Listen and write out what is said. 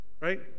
Right